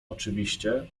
oczywiście